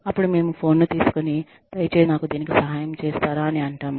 అపుడు మేము ఫోన్ను తీసుకొని దయచేసి నాకు దీనికి సహాయం చేస్తారా అని అంటాము